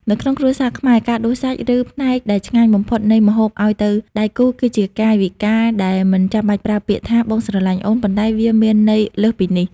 នៅក្នុងគ្រួសារខ្មែរ ការដួសសាច់ ឬផ្នែកដែលឆ្ងាញ់បំផុតនៃម្ហូបឱ្យទៅដៃគូ គឺជាកាយវិការដែលមិនចាំបាច់ប្រើពាក្យថា «បងស្រឡាញ់អូន» ប៉ុន្តែវាមានន័យលើសពីនេះ។